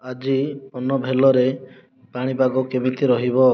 ଆଜି ପନ୍ଭେଲ୍ରେ ପାଣିପାଗ କେମିତି ରହିବ